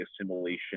assimilation